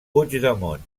puigdemont